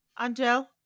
Angel